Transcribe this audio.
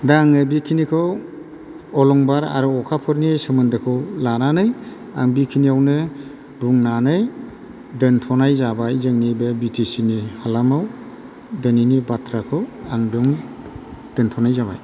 दा आङो बेखिनिखौ अलंबार आरो अखाफोरनि सोमोनदोखौ लानानै आं बेखिनियावनो बुंनानै दोनथ'नाय जाबाय जोंनि बे बि टि सि नि हालामाव दिनैनि बाथ्राखौ आं बेयावनो दोनथ'नाय जाबाय